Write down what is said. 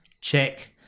Check